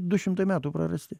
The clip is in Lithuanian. du šimtai metų prarasti